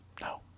No